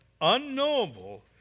unknowable